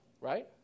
right